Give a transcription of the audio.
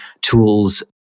tools